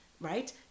right